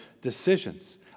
decisions